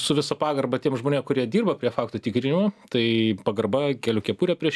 su visa pagarba tiem žmonėm kurie dirba prie faktų tikrinimo tai pagarba keliu kepurę prieš